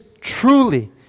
truly